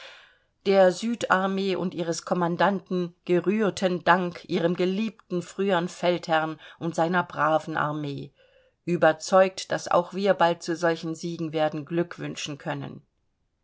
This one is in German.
der süd armee und ihres kommandanten gerührten dank ihrem geliebten frühern feldherrn und seiner braven armee überzeugt daß auch wir bald zu solchen siegen werden glück wünschen können